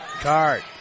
card